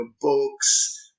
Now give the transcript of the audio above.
books